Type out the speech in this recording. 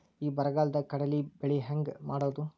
ಈ ಬರಗಾಲದಾಗ ಕಡಲಿ ಬೆಳಿ ಹೆಂಗ ಮಾಡೊದು?